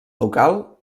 local